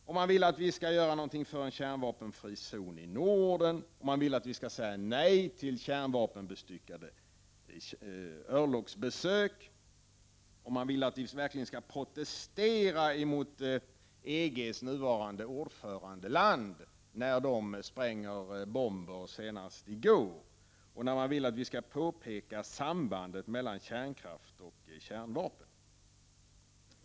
Det blir nej om man vill göra någonting för en kärnvapenfri zon i Norden, om man vill att vi skall säga nej till besök av kärnvapenbestyckade örlogsfartyg och man vill att vi verkligen skall protestera mot det land som är EG:s nuvarande ordförandeland och som spränger bomber, nu senast i går. Det blir nej om man vill att vi skall påpeka sambandet mellan kärnkraft och kärnvapen.